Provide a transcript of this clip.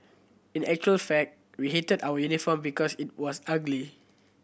in actual fact we hated our uniform because it was ugly